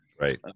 Right